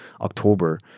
October